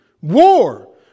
War